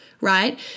right